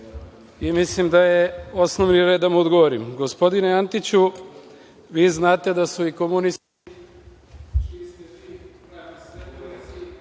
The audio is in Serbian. Mislim da je osnovni red da mu odgovorim. Gospodine Antiću, vi znate da su i komunisti